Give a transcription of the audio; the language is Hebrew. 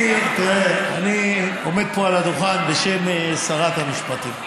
אני עומד פה על הדוכן בשם שרת המשפטים.